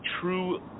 true